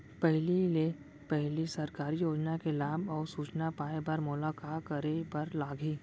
पहिले ले पहिली सरकारी योजना के लाभ अऊ सूचना पाए बर मोला का करे बर लागही?